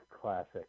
Classic